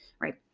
right